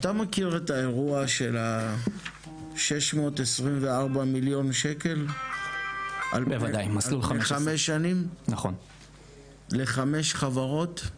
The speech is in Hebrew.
מכיר את האירוע של ה- 624 מיליון שקל של חמש שנים לחמש חברות?